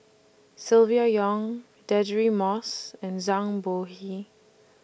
Silvia Yong Deirdre Moss and Zhang Bohe